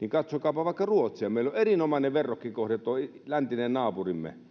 niin katsokaapa vaikka ruotsia meillä on erinomainen verrokkikohde tuo läntinen naapurimme